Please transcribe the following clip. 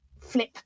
flip